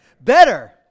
Better